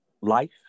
Life